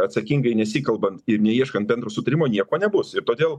atsakingai nesikalbant ir neieškant bendro sutarimo nieko nebus ir todėl